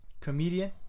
comedian